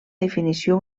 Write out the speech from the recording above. definició